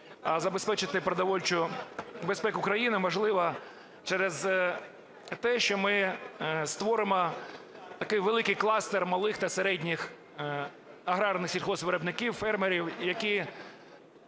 Забезпечити продовольчу безпеку країни, можливо, через те, що ми створимо такий великий кластер малих та середніх аграрних сільгоспвиробників, фермерів, які